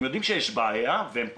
הם יודעים שיש בעיה והם פותרים,